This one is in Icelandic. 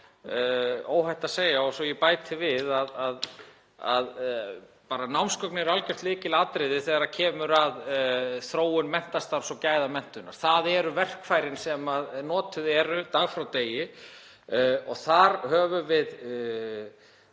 að það sé óhætt að segja, svo ég bæti við, að námsgögn eru algjört lykilatriði þegar kemur að þróun menntastarfs og gæðamenntunar. Það eru verkfærin sem notuð eru dag frá degi og þar hefur verið